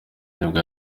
nibwo